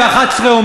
מס' 4924,